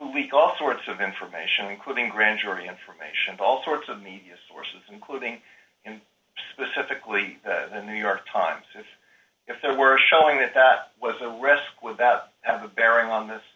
meet all sorts of information including grand jury information all sorts of media sources including and specifically the new york times and if there were showing that that was a risk with that have a bearing on